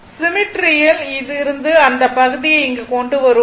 சிமெட்ரியில் இருந்து அந்த பகுதியை இங்கு கொண்டு வருவோம்